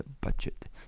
budget